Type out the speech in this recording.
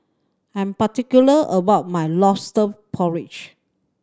I'm particular about my Lobster Porridge